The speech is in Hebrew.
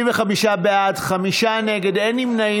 75 בעד, חמישה נגד, אין נמנעים.